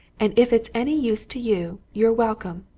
and if it's any use to you, you're welcome,